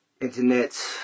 Internet